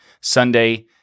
Sunday